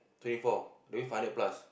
twenty four only five hundred plus